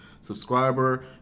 subscriber